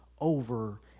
over